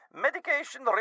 medication